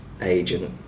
agent